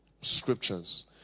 scriptures